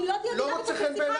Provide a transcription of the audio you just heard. עם לא תהיה פה דינמיקה של שיחה.